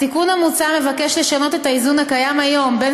התיקון המוצע מבקש לשנות את האיזון הקיים היום בין